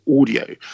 audio